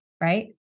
right